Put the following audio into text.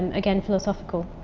um again philosophical.